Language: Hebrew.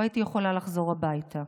לא הייתי יכולה לחזור הביתה.